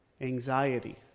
anxiety